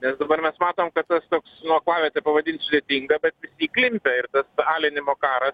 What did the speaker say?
nes dabar mes matom kad tas toks nu aklaviete pavadint sudėtinga bet įklimpę ir alinimo karas